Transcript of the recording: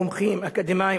מומחים אקדמאים.